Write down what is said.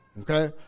Okay